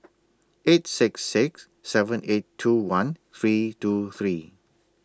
eight six six seven eight two one three two three